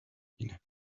argentina